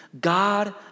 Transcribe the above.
God